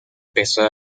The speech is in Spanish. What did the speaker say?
peso